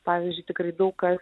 pavyzdžiui tikrai daug kas